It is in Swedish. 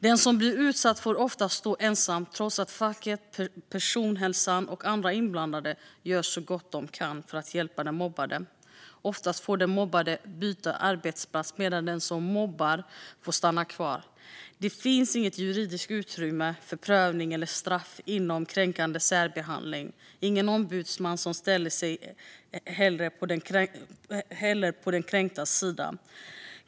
Den som blir utsatt får ofta stå ensam, trots att facken, personalhälsan och andra inblandade gör så gott de kan för att hjälpa den mobbade. Oftast får den mobbade byta arbetsplats, medan den som mobbar får stanna kvar. Det finns inget juridiskt utrymme för prövning eller straff inom kränkande särbehandling. Ingen ombudsman ställer sig heller på den kränktas sida.